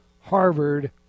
Harvard